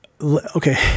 okay